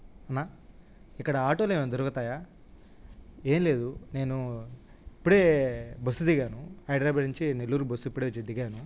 అన్నా ఇక్కడ ఆటోలేమన్నా దొరుకుతాయా ఏం లేదు నేను ఇప్పుడే బస్ దిగాను హైదరాబాద్ నుంచి నెల్లూరు బస్సు ఇప్పుడే వచ్చి దిగాను